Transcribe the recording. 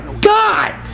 God